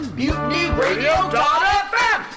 mutinyradio.fm